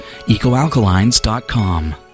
EcoAlkalines.com